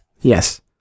Yes